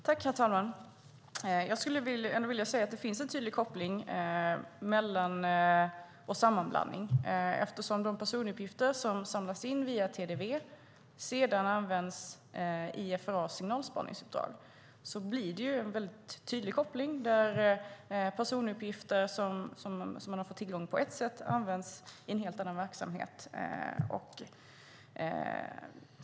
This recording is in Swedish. Herr talman! Jag skulle ändå vilja säga att det finns en tydlig koppling och sammanblandning. Eftersom de personuppgifter som samlas in via TDV sedan används i FRA:s signalspaningsuppdrag blir det en väldigt tydlig koppling. Personuppgifter som man har fått tillgång till på ett sätt används i en helt annan verksamhet.